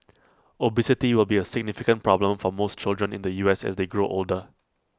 obesity will be A significant problem for most children in the U S as they grow older